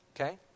Okay